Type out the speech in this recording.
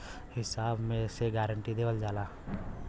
हिसाब से गारंटी देवल जाला